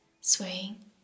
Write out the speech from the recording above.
swaying